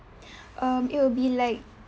um it will be like